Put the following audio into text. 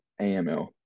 AML